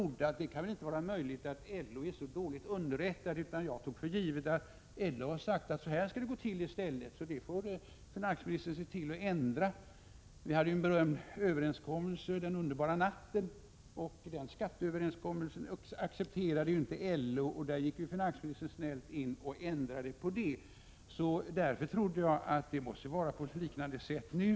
Det kan väl inte vara möjligt att LO är så dåligt underrättat, tänkte jag, så jag tog för givet att LO hade bestämt att det skulle gå till så här i stället och att finansministern skulle få se till att ändra på det. Den underbara natten träffades det som bekant en berömd skatteöverenskommelse. Den accepterade inte LO, och då gick finansministern snällt in och ändrade den. Därför trodde jag att det måste förhålla sig på något liknande sätt nu.